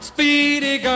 Speedy